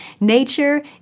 Nature